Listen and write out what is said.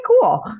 cool